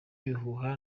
ibihuha